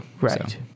Right